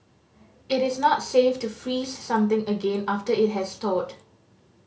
it is not safe to freeze something again after it has thawed